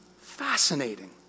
Fascinating